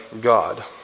God